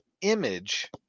image